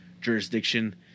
jurisdiction